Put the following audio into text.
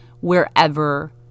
wherever